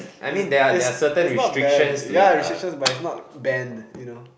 is its its not banned yeah restrictions but it's not banned you know